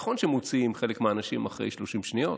נכון שמוציאים חלק מהאנשים אחרי שלושים שניות,